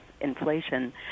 inflation